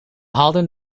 hadden